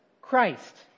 Christ